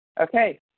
Okay